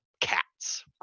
cats